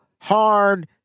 hard